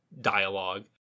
dialogue